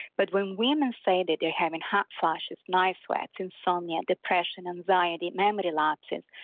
but when women say that they're having hot flushes, night sweats, insomnia, depression, anxiety, memory lapses,